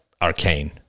arcane